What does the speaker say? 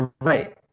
right